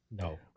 No